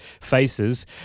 faces